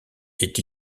est